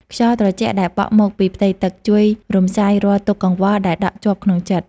ខ្យល់ត្រជាក់ដែលបក់មកពីផ្ទៃទឹក ជួយរំសាយរាល់ទុក្ខកង្វល់ដែលដក់ជាប់ក្នុងចិត្ត។